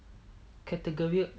category